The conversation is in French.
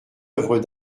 œuvre